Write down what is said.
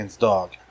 dog